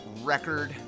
record